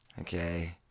Okay